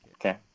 Okay